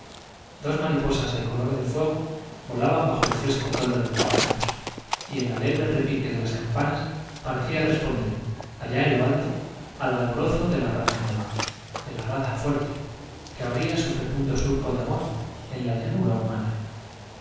dos mariposas de color de fuego volaban labranza bajo el fresce toldo de pámpanos y el alegre repique de las campanas parecía responder allá en lo alto al alborozo de la raza nueva de la raza fuerte que abría su fecundo surco de amor en la llanura humana